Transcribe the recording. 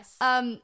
Yes